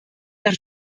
nach